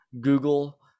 google